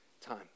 time